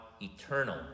eternal